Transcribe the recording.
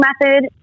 method